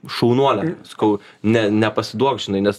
šaunuolė sakau ne nepasiduok žinai nes